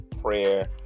prayer